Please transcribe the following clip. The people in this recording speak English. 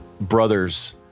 brothers